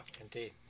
Indeed